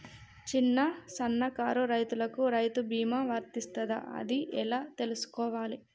చిన్న సన్నకారు రైతులకు రైతు బీమా వర్తిస్తదా అది ఎలా తెలుసుకోవాలి?